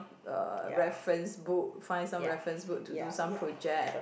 uh reference book find some reference book to do some project